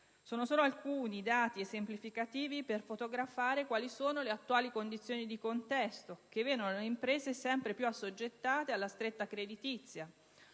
Sono solo alcuni i dati esemplificativi per fotografare quali sono le attuali condizioni di contesto che vedono le imprese sempre più assoggettate alla stretta creditizia.